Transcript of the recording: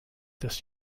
this